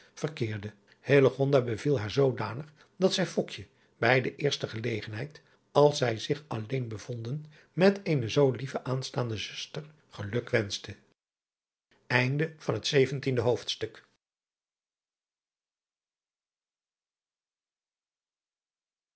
verkeerde beviel haar zoodanig dat zij bij de eerste gelegenheid als zij zich alleen bevonden met eene zoo lieve aanstaande zuster geluk